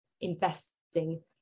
investing